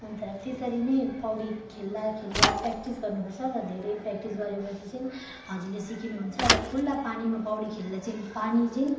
अनि त त्यसरी नै पौडी खेल्दा खेल्दा प्र्याक्टिस गर्नुपर्छ र धेरै प्र्याक्टिस गरेपछि चाहिँ हजुर सिक्नुहुन्छ र खुल्ला पानीमा पौडी खेल्दा चाहिँ पानी चाहिँ